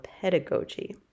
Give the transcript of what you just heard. pedagogy